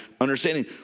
understanding